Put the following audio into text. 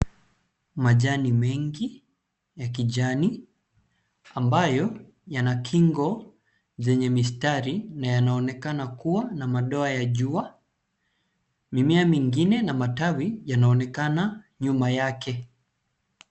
Majani mengi ya kijani ambayo yana kingo zenye mistari na yanaonekana kuwa na madoa ya jua. Mimea mingine ya matawi yanaonekana nyuma yake.